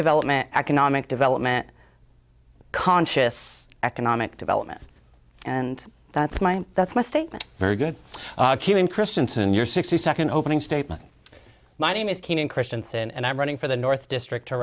development economic development conscious economic development and that's my that's my statement very good christianson your sixty second opening statement my name is keenan christensen and i'm running for the north district to